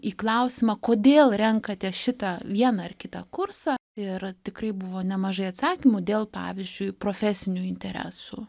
į klausimą kodėl renkatės šitą vieną ar kitą kursą ir tikrai buvo nemažai atsakymų dėl pavyzdžiui profesinių interesų